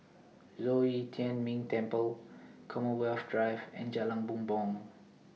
Zhong Yi Tian Ming Temple Commonwealth Drive and Jalan Bumbong